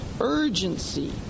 urgency